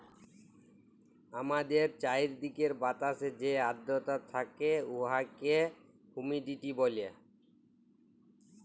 আমাদের চাইরদিকের বাতাসে যে আদ্রতা থ্যাকে উয়াকে হুমিডিটি ব্যলে